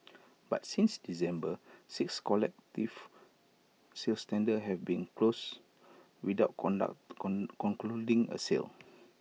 but since December six collective sales tender have been closed without conduct con concluding A sale